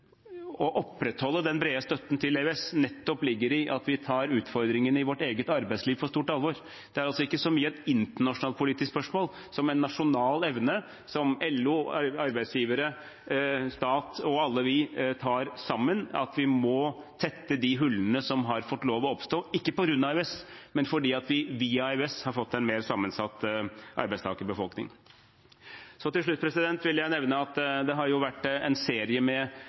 å opprettholde den brede støtten til EØS nettopp ligger i at vi tar utfordringene i vårt eget arbeidsliv på stort alvor. Det er altså ikke så mye et internasjonalt politisk spørsmål som en nasjonal evne, som LO, arbeidsgivere, stat og vi alle har sammen, at vi må tette de hullene som har fått lov til å oppstå, ikke på grunn av EØS, men fordi vi via EØS har fått en mer sammensatt arbeidstakerbefolkning. Til slutt vil jeg nevne at det har vært en serie med